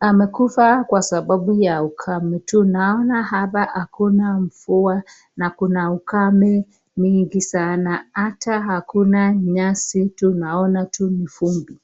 amekufa kwa sababu ya ukame, tunaona hapa hakuna mvua, na kuna ukame nyingi sana, ata hakuna nyasi tunaona tu ni vumbi.